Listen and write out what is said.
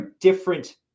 different